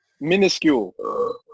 Minuscule